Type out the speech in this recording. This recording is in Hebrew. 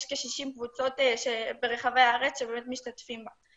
כ-60 קבוצות ברחבי הארץ שמשתתפים בה.